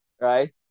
right